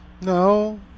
No